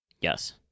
Yes